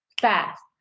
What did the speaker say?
fast